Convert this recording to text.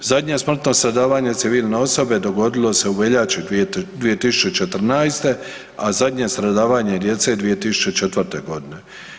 Zadnje smrtno stradavanje civilne osobe dogodilo se u veljači 2014.-te, a zadnje stradavanje djece 2004.-te godine.